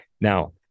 Now